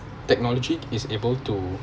technology is able to